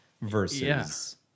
versus